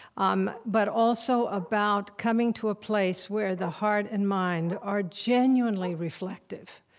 um but also about coming to a place where the heart and mind are genuinely reflective,